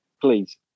Please